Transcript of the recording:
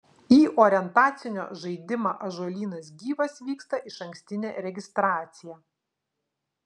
į orientacinio žaidimą ąžuolynas gyvas vyksta išankstinė registracija